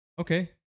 Okay